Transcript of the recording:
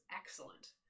excellent